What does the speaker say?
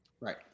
Right